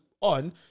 on